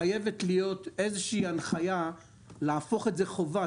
חייבת להיות איזה שהיא הנחיה להפוך את זה חובה.